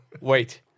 wait